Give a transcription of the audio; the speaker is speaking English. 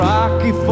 Rocky